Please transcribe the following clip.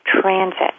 transit